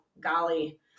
golly